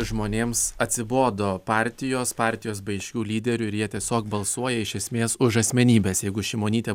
žmonėms atsibodo partijos partijos bei šių lyderių ir jie tiesiog balsuoja iš esmės už asmenybes jeigu šimonytė